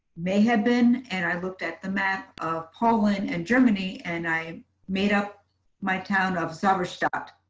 may have been. and i looked at the math of poland and germany, and i made up my town of summer stopped.